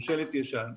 הוא שלט ישן.